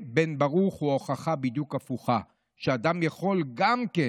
בן בן ברוך הוא בדיוק ההוכחה ההפוכה: אדם יכול גם כן